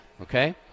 Okay